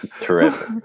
Terrific